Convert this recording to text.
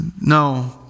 No